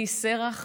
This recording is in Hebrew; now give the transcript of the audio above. היא שֶׂרַח